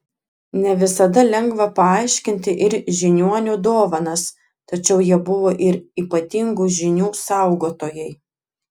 ne visada lengva paaiškinti ir žiniuonių dovanas tačiau jie buvo ir ypatingų žinių saugotojai